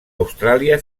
austràlia